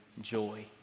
joy